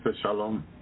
Shalom